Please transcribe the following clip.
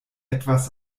etwas